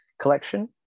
collection